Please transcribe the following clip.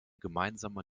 gemeinsame